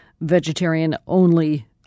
vegetarian-only